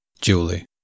Julie